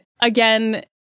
again